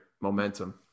Momentum